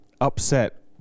upset